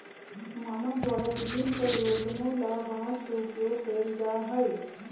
मानव द्वारा विभिन्न प्रयोजनों ला बांस के उपयोग कइल जा हई